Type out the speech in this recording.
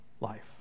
life